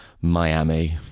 Miami